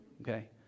okay